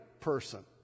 person